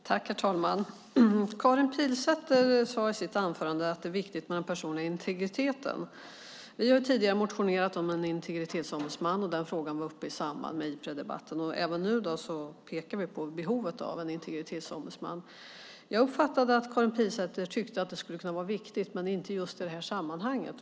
Herr talman! Karin Pilsäter sade i sitt anförande att det är viktigt med den personliga integriteten. Vi har tidigare motionerat om en integritetsombudsman. Den frågan var uppe i samband med Ipreddebatten. Även nu pekar vi på behovet av en integritetsombudsman. Jag uppfattade att Karin Pilsäter tyckte att det skulle kunna vara viktigt men inte just i det här sammanhanget.